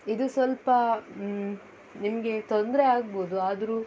ಇದು ಸ್ವಲ್ಪ ನಿಮಗೆ ತೊಂದರೆ ಆಗ್ಬೋದು ಆದರೂ